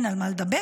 אין על מה לדבר.